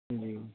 ਜੀ